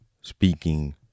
speaking